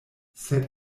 sed